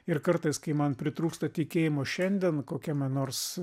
ir kartais kai man pritrūksta tikėjimo šiandien kokiame nors